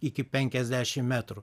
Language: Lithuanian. iki penkiasdešim metrų